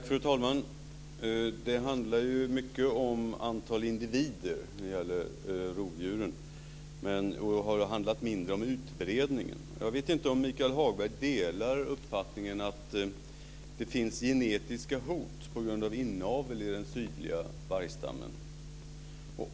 Fru talman! Det handlar mycket om antalet individer när det gäller rovdjuren. Det har mindre handlat om deras utbredning. Jag vet inte om Michael Hagberg delar uppfattningen att det finns genetiska hot på grund av inavel i den sydliga vargstammen.